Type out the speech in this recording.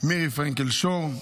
מירי פרנקל שור,